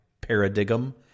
paradigm